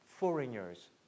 foreigners